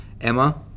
Emma